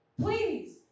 Please